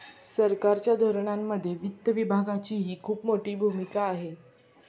सरकारच्या धोरणांमध्ये वित्त विभागाचीही खूप मोठी भूमिका आहे